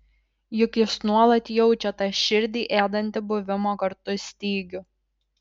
juk jis nuolat jaučia tą širdį ėdantį buvimo kartu stygių